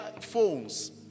phones